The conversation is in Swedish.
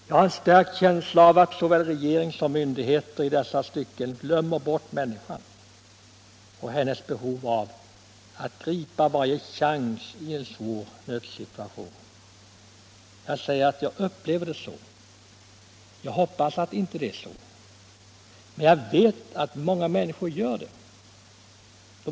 Jag har en stark känsla av att såväl regering som myndigheter i dessa stycken glömmer bort människan och hennes behov av att gripa varje chans i en svår nödsituation. Jag vet att det inte är så i verkligheten, men jag vill säga att jag tror att många människor känner det så.